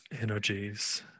energies